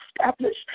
established